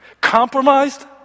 Compromised